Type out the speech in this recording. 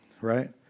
right